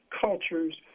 cultures